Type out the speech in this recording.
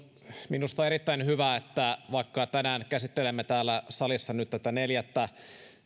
minusta on erittäin hyvä vaikka tänään käsittelemme täällä salissa tätä neljättä